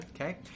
Okay